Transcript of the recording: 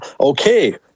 okay